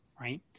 right